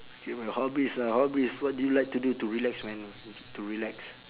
favourite hobbies ah hobbies what do you like to do to relax man to relax